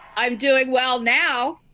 i'm doing well now.